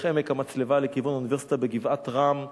עמק-המצלבה לכיוון האוניברסיטה בגבעת-רם,